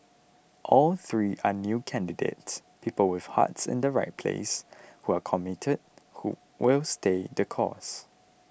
all three are new candidates people with hearts in the right place who are committed who will stay the course